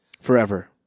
forever